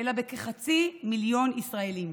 אלא בכחצי מיליון אזרחים.